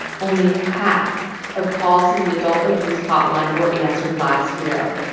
only half of calls to the adult abuse hotline were answered last year.